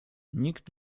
nikt